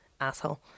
asshole